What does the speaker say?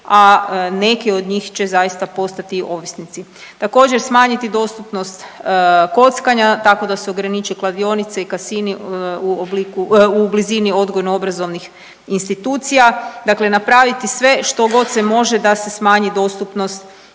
a neki od njih će zaista postati ovisnici. Također smanjiti dostupnost kockanja, tako da se ograniče kladionice i kasini u obliku, u blizini odgojno obrazovnih institucija, dakle napraviti sve što god se može da se smanji dostupnost,